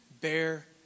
bear